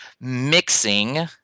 mixing